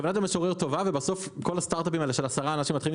כוונת המשורר טובה ובסוף כל הסטארט-אפים האלה של עשרה אנשים מתחילים